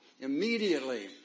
immediately